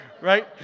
Right